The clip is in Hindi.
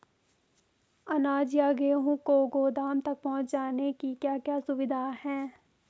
अनाज या गेहूँ को गोदाम तक पहुंचाने की क्या क्या सुविधा है?